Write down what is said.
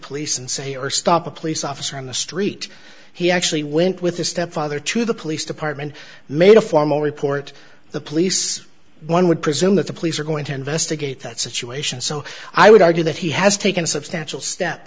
police and say or stop a police officer on the street he actually went with his stepfather to the police department made a formal report the police one would presume that the police are going to investigate that situation so i would argue that he has taken substantial step